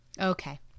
Okay